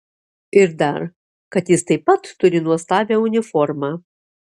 ir dar kad jis taip pat turi nuostabią uniformą